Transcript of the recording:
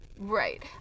Right